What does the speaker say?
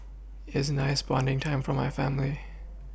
isn't nice bonding time for my family